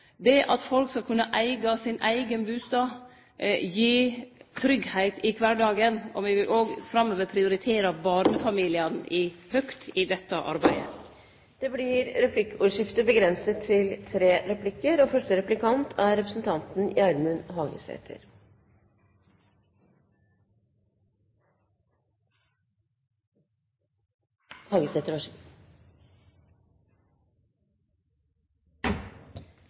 Det at folk skal kunne eige sin eigen bustad, gir tryggleik i kvardagen, og me vil òg framover prioritere barnefamiliane høgt i dette arbeidet. Det blir replikkordskifte.